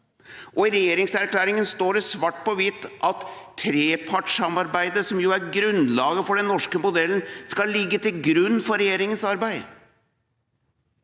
I regjeringserklæringen står det svart på hvitt at trepartssamarbeidet, som jo er grunnlaget for den norske modellen, skal ligge til grunn for regjeringas arbeid.